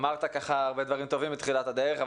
אמרת הרבה דברים טובים בתחילת הדרך,